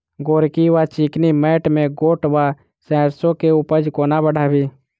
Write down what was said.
गोरकी वा चिकनी मैंट मे गोट वा सैरसो केँ उपज कोना बढ़ाबी?